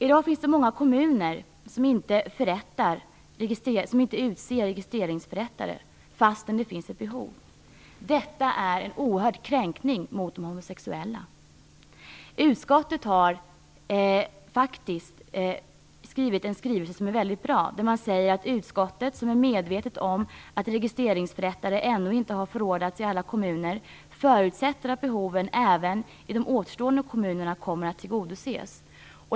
I dag är det många kommuner som inte utser registreringsförrättare, fastän det finns ett behov. Detta är en oerhörd kränkning av de homosexuella. Utskottet har faktiskt uttryckt sig väldigt bra. Man skriver i betänkandet: "Utskottet, som är medvetet om att registreringsförrättare ännu inte har förordnats i alla kommuner, förutsätter att behovet även i de återstående kommunerna kommer att tillgodoses."